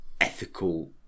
ethical